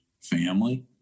family